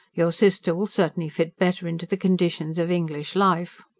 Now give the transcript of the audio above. your sister will certainly fit better into the conditions of english life.